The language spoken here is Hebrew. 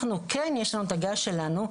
אנחנו כן יש לנו את הגז שלנו,